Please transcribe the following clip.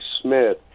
Smith